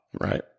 Right